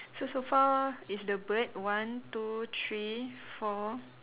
so so far is the bird one two three four